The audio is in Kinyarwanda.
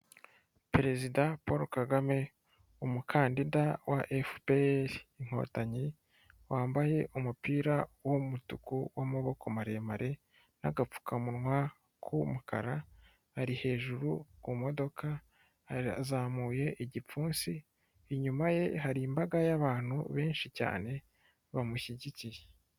Perezida Paul Kagame umukandida wa FPR Inkotanyi, wambaye umupira w'umutuku w'amaboko maremare n'agapfukamunwa k'umukara, ari hejuru ku modoka, azamuye igipfunsi, inyuma ye hari imbaga y'abantu benshi cyane bamushyigikiye.